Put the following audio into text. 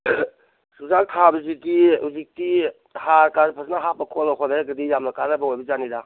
ꯆꯨꯖꯥꯛ ꯊꯥꯕꯁꯤꯗꯤ ꯍꯧꯖꯤꯛꯇꯤ ꯍꯥꯔꯒ ꯐꯖꯅ ꯍꯥꯞꯄ ꯈꯣꯠꯂ ꯍꯣꯠꯅꯔꯒꯗꯤ ꯌꯥꯝꯅ ꯀꯥꯟꯅꯕ ꯑꯣꯏꯕꯖꯥꯠꯅꯤꯗ